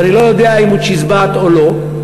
שאני לא יודע אם הוא צ'יזבט או לא.